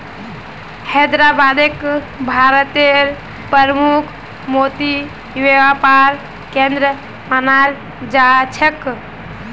हैदराबादक भारतेर प्रमुख मोती व्यापार केंद्र मानाल जा छेक